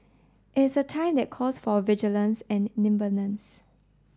it's a time that calls for vigilance and nimbleness